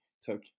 took